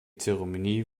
zeremonie